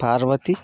Parvati